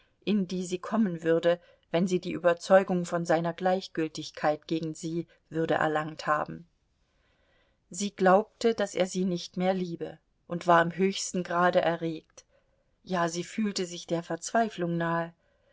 in die sie kommen würde wenn sie die überzeugung von seiner gleichgültigkeit gegen sie würde erlangt haben sie glaubte daß er sie nicht mehr liebe und war im höchsten grade erregt ja sie fühlte sich der verzweiflung nahe